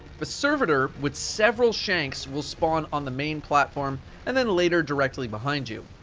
a servitor with several shank will spawn on the main platform and then later directly behind you.